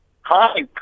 Hi